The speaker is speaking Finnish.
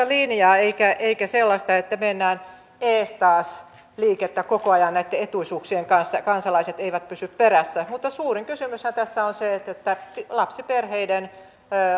linjaa eikä eikä sellaista että mennään eestaas liikettä koko ajan näitten etuisuuksien kanssa kansalaiset eivät pysy perässä mutta suurin kysymyshän tässä on se että lapsiperheiden